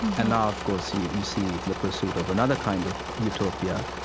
and now, of course, you you see the pursuit of another kind of utopia,